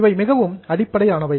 இவை மிகவும் அடிப்படையானவை